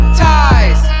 ties